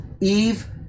eve